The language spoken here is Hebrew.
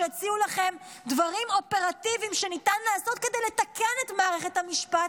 שיציעו לכם דברים אופרטיביים שניתן לעשות כדי לתקן את מערכת המשפט,